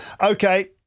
Okay